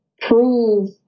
prove